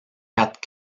quatre